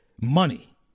money